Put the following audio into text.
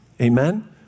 amen